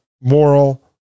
moral